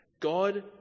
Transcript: God